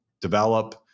develop